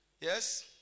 Yes